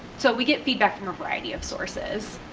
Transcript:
so we get feedback from a variety of sources,